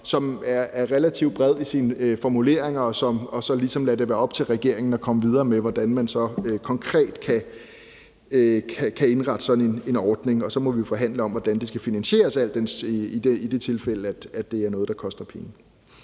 som er relativt bred i sine formuleringer, og så ligesom lade det være op til regeringen at komme videre med, hvordan man så konkret kan indrette sådan en ordning, og så må vi forhandle om, hvordan det skal finansieres i det tilfælde, at det er noget, der koster penge.